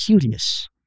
curious